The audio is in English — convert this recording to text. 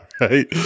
Right